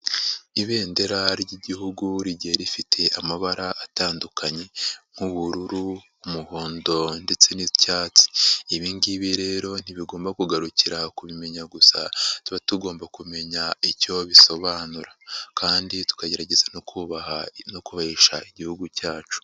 Ibendera ry'Igihugu rigiye rifite amabara atandukanye, nk'ubururu, umuhondo ndetse n'icyatsi, ibi ngibi rero ntibigomba kugarukira kubimenya gusa, tuba tugomba kumenya icyo bisobanura kandi tukagerageza no kubaha no kubahisha Igihugu cyacu.